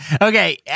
okay